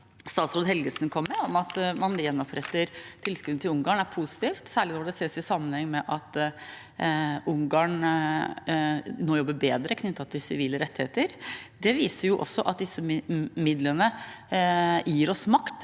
statsråd Helgesen kom med, om at man gjenoppretter tilskuddet til Ungarn, er positiv, særlig når det ses i sammenheng med at Ungarn nå jobber bedre med tanke på sivile rettigheter. Det viser at disse midlene gir oss makt